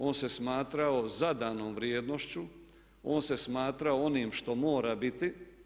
On se smatrao zadanom vrijednošću, on se smatrao onim što mora biti.